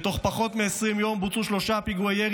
"בתוך פחות מ-20 יום בוצעו שלושה פיגועי ירי